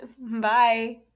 bye